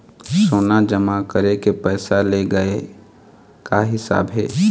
सोना जमा करके पैसा ले गए का हिसाब हे?